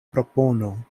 propono